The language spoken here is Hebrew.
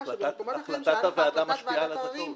החלטת הוועדה משפיעה על הזכאות.